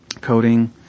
coding